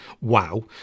wow